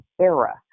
era